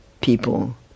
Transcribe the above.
people